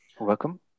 Welcome